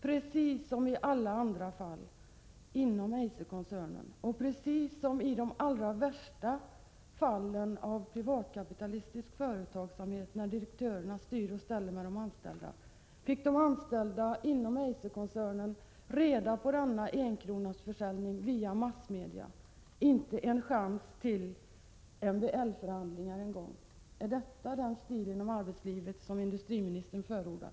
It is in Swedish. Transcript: Precis som i alla andra fall inom Eiser och precis som i de allra värsta fallen av privatkapitalistisk företagsamhet där direktörer styr och ställer med de anställda, fick de anställda inom Eiserkoncernen reda på denna enkronasförsäljning via massmedia. De fick inte en chans till MBL-förhandlingar. Är detta den stil inom arbetslivet som industriministern förordar?